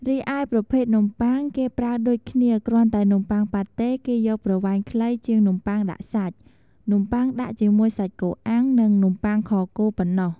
រីឯប្រភេទនំបុ័ងគេប្រើដូចគ្នាគ្រាន់តែនំបុ័ងប៉ាតេគេយកប្រវែងខ្លីជាងនំបុ័នដាក់សាច់ នំបុ័ងដាក់ជាមួយសាច់គោអាំង និង នំបុ័ងខគោ ប៉ុណ្ណោះ។